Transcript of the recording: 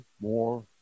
more